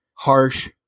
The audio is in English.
harsh